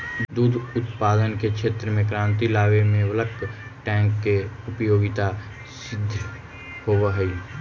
दुध उत्पादन के क्षेत्र में क्रांति लावे में बल्क टैंक के उपयोगिता सिद्ध होवऽ हई